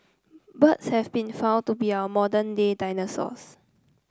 birds have been found to be our modern day dinosaurs